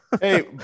hey